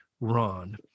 Ron